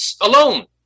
alone